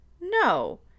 No